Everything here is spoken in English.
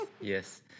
yes